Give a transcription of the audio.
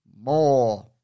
more